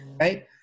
right